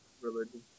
religion